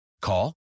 Call